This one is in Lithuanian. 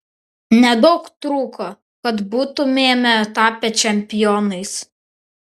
nedaug trūko kad būtumėme tapę čempionais